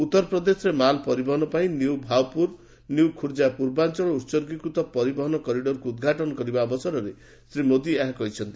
ଉତ୍ତର ପ୍ରଦେଶରେ ମାଲ୍ ପରିବହନ ପାଇଁ ନ୍ୟୁ ଭାଉପୁର ନ୍ୟୁ ଖୁର୍ଜା ପ୍ରର୍ବାଞ୍ଚଳ ଉହର୍ଗୀକୃତ ପରିବହନ କରିଡରକୁ ଉଦ୍ଘାଟନ କରିବା ଅବସରରେ ଶ୍ରୀ ମୋଦି ଏହା କହିଛନ୍ତି